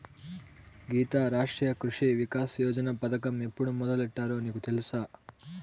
గీతా, రాష్ట్రీయ కృషి వికాస్ యోజన పథకం ఎప్పుడు మొదలుపెట్టారో నీకు తెలుసా